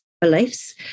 beliefs